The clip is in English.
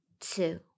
two